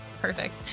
perfect